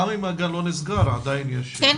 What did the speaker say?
גם אם הגן לא נסגר, עדיין יש פחות ילדים.